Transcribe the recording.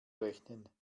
rechnen